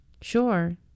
Sure